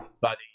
Buddy